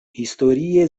historie